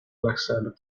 alexander